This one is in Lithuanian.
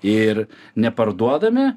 ir neparduodame